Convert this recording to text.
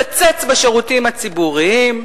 קצץ בשירותים הציבוריים,